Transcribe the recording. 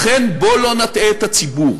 לכן בוא לא נטעה את הציבור.